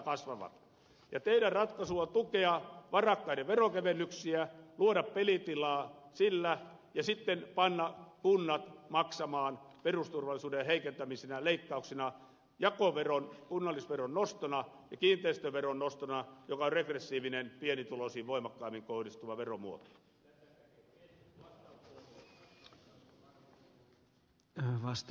teidän ratkaisunne on tukea varakkaiden veronkevennyksiä luoda pelitilaa sillä ja sitten panna kunnat maksamaan perusturvallisuuden heikentämisenä leikkauksina jakoveron kunnallisveron nostona ja kiinteistöveron nostona mikä nosto on regressiivinen pienituloisiin voimakkaammin kohdistuva veromuoto